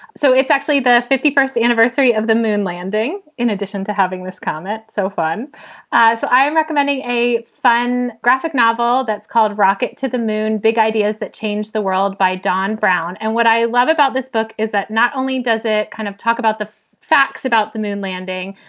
so it's actually the fifty first anniversary of the moon landing in addition to having this comet so fun as i am recommending a fun graphic novel that's called rocket to the moon big ideas that change the world by don brown. and what i love about this book is that not only does it kind of talk about the facts about the moon landing,